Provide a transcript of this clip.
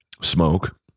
smoke